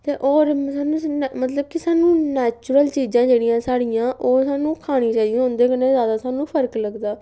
ते होर मतलब कि सानूं नैचुरल चीजां जेह्ड़ियां साढ़ियां ओह् सानूं खानियां चाहिदियां उं'दे कन्नै जैदा सानूं फर्क लगदा